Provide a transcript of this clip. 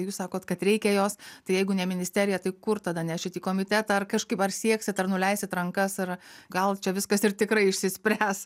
jūs sakot kad reikia jos tai jeigu ne ministerija tai kur tada nešit į komitetą ar kažkaip ar sieksit ar nuleisit rankas ar gal čia viskas ir tikrai išsispręs